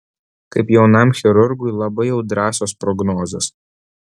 kaip jaunam chirurgui labai jau drąsios prognozės